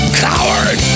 coward